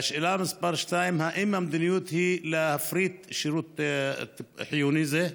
2. האם המדיניות היא להפריט שירות חיוני זה?